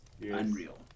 unreal